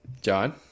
john